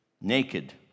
naked